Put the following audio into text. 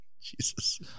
Jesus